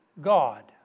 God